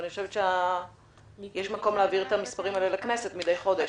אבל אני חושבת שיש מקום להעביר את המספרים האלה לכנסת מדי חודש.